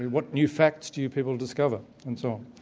what new facts do you people discover? and so on.